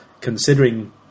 considering